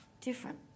different